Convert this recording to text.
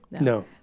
No